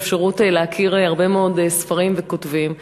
אפשרות להכיר הרבה מאוד ספרים וכותבים.